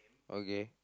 okay